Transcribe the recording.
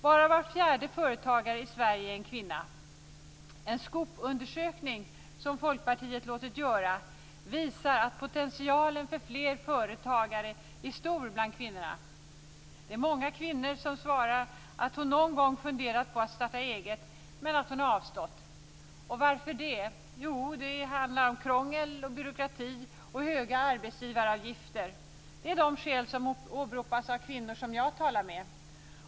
Bara var fjärde företagare i Sverige är en kvinna. En SKOP-undersökning, som Folkpartiet låtit göra, visar att potentialen för fler företagare är stor bland kvinnorna. Många kvinnor svarar att de någon gång har funderat på att starta eget men att de har avstått. Varför har de gjort det? Jo, det handlar om krångel, byråkrati och höga arbetsgivaravgifter. Det är de skäl som åberopas av de kvinnor som jag talar med.